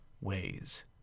ways